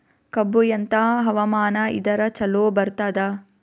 ಕಬ್ಬು ಎಂಥಾ ಹವಾಮಾನ ಇದರ ಚಲೋ ಬರತ್ತಾದ?